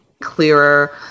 Clearer